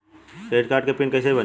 Credit card के pin कैसे बनी?